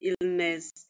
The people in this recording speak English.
illness